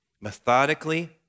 methodically